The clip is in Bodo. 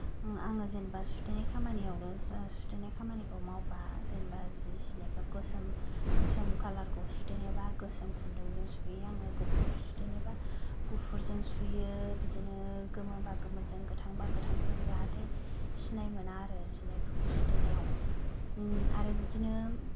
आङो जेनेबा सुथेनाय खामानियावनो जा सुथेनाय खामानिखौ मावबा जेनेबा जि जिनायफोराव गोसोम गोसोम कालारखौ सुथेनोबा गोसोम खुन्दुंजों सुयो आङो गुफुर सुथेनोबा गुफुरजों सुयो बिदिनो गोमो बा गोमोजों गोथां बा गोथांजों जाहाथे सिनाय मोना आरो जिनायफोरखौ सुथेनायाव आरो बिदिनो